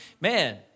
Man